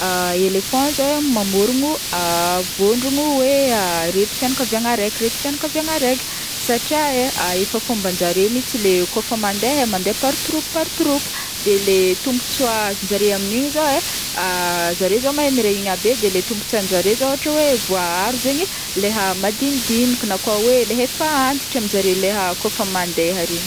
Elephant zao e, mamorogno vondrogno hoe reto fianankaviagna araiky de reto fianankaviagna raiky satria e efa efa fomban-jareo mihintsy le kaofa mandeha mandeha par troupy par troupy, de le tombontsoan-jareo amin'igny zao e zareo zao mahay miray hina be, de le tombontsoan-jare zao ôhatra hoe voaharo zegny leha madinidiniky na koa hoe efa antitry amizareo leha kaofa mandeha regny.